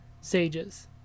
sages